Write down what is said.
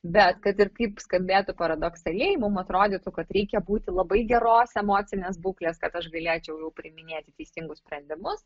bet kad ir kaip skambėtų paradoksaliai mus atrodytų kad reikia būti labai geros emocinės būklės kad aš galėčiau jau priiminėti teisingus sprendimus